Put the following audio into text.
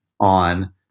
on